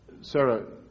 Sarah